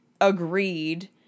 agreed